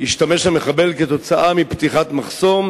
השתמש המחבל כתוצאה מפתיחת המחסום,